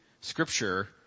scripture